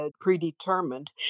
predetermined